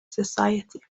society